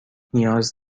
نیاز